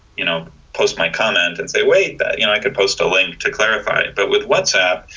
you know post my comment and say wait that you know i could post a link to clarify it but with whatsapp.